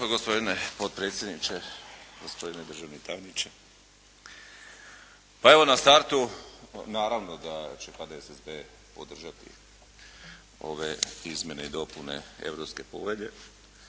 lijepa. Gospodine potpredsjedniče, gospodine državni tajniče. Pa evo na startu naravno da će HDSSB podržati ove izmjene i dopune europske povelje,